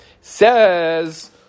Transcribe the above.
Says